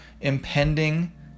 impending